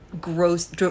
gross